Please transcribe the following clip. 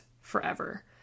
forever